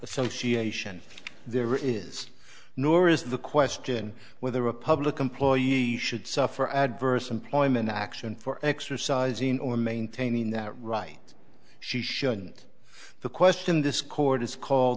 association there is nor is the question with a republican ploy should suffer adverse employment action for exercising or maintaining the right she shouldn't the question this court is called